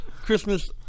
Christmas